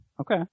Okay